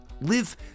live